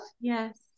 Yes